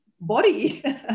body